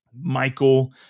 Michael